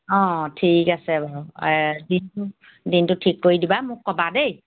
অ ঠিক আছে বাৰু দিনটো দিনটো ঠিক কৰি দিবা মোক ক'বা দেই